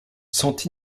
sont